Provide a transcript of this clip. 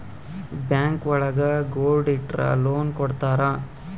bank ಒಳಗ gold ಇಟ್ರ loan ಕೊಡ್ತಾರ